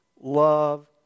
love